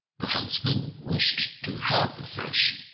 the huntsman wished to have the fish,